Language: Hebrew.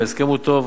ההסכם הוא טוב,